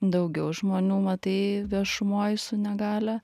daugiau žmonių matai viešumoj su negalia